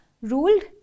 ruled